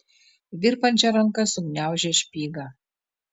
virpančia ranka sugniaužė špygą